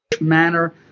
manner